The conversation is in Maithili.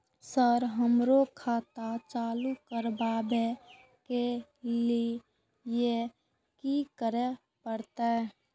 सर हमरो खाता चालू करबाबे के ली ये की करें परते?